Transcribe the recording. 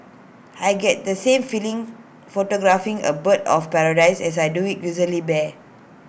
I get the same feeling photographing A bird of paradise as I do A grizzly bear